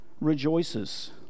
rejoices